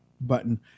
button